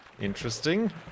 Interesting